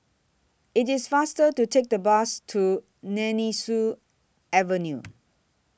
IT IS faster to Take The Bus to Nemesu Avenue